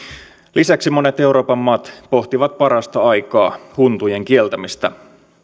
lisäksi monet euroopan maat pohtivat parastaikaa huntujen kieltämistä